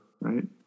right